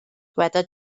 dyweda